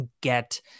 get